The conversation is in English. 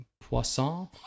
Poisson